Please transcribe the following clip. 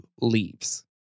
leaves